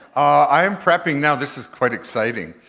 i am prepping now, this is quite exciting.